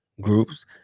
groups